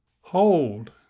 Hold